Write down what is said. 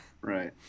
Right